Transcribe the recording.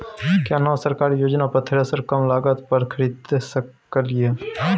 केना सरकारी योजना पर थ्रेसर कम लागत पर खरीद सकलिए?